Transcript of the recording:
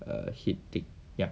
a hit take ya